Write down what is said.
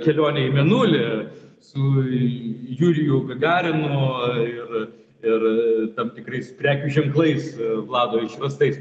kelionę į mėnulį su juriju gagarinu ir ir tam tikrais prekių ženklais vlado išvestais